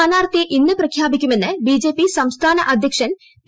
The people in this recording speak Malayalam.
സ്ഥാനാർത്ഥിയെ ഇന്ന് പ്രഖ്യാപിക്കുമെന്ന് ബിജെപി സംസ്ഥാന പ്രസിഡന്റ് പി